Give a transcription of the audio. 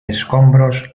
escombros